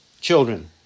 children